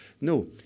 No